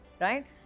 right